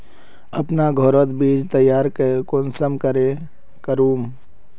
अपना घोरोत बीज तैयार कुंसम करे करूम?